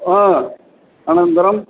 हा अनन्तरम्